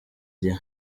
gihe